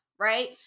Right